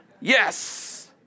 yes